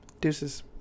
Deuces